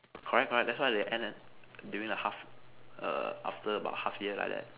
correct correct that's why they end at during the half err after about half year like that